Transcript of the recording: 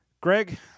Greg